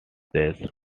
these